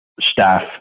staff